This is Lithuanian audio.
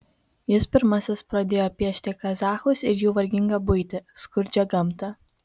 jis pirmasis pradėjo piešti kazachus ir jų vargingą buitį skurdžią gamtą